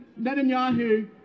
Netanyahu